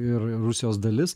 ir ir rusijos dalis